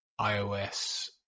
iOS